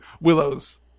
Willow's